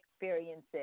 experiences